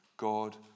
God